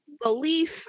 belief